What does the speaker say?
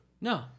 No